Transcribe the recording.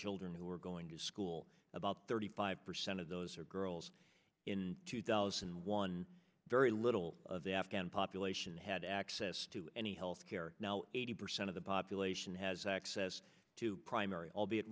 children who are going to school about thirty five percent of those are girls in two thousand and one very little of the afghan population had access to any healthcare now eighty percent of the population has access to primary albeit